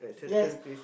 yes